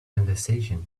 conversation